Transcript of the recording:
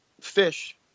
fish